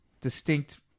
Distinct